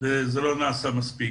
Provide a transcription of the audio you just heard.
אבל זה לא נעשה מספיק.